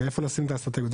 ואיפה לשים את האסטרטגיות?